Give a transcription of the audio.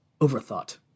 Overthought